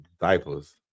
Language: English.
diapers